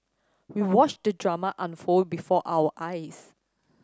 we watched the drama unfold before our eyes